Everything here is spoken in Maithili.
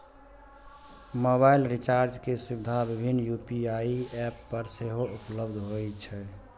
मोबाइल रिचार्ज के सुविधा विभिन्न यू.पी.आई एप पर सेहो उपलब्ध होइ छै